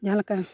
ᱡᱟᱦᱟᱸ ᱞᱮᱠᱟ